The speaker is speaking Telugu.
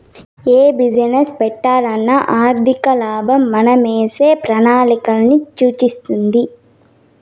యా బిజీనెస్ పెట్టాలన్నా ఆర్థికలాభం మనమేసే ప్రణాళికలన్నీ సూస్తాది